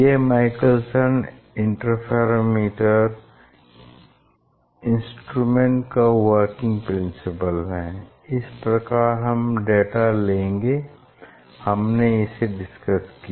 यह Michelson interferometer instrument का working principle है किस प्रकार हम डेटा लेंगे हमने इसे डिस्कस किया